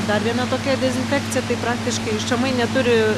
dar viena tokia dezinfekcija tai praktiškai šamai neturi